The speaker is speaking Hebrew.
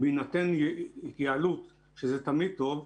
בהינתן התייעלות שזה תמיד טוב,